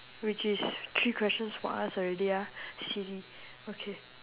which is three questions for us already ah okay